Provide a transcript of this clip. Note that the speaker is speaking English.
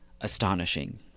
astonishing